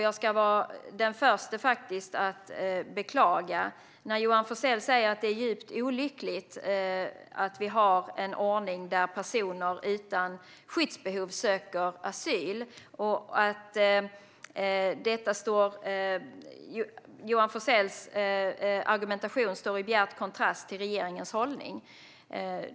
Jag är den första att beklaga att Johan Forssell säger att det är djupt olyckligt att vi har en ordning där personer utan skyddsbehov söker asyl och att Johan Forssells argumentation står i bjärt kontrast till regeringens hållning.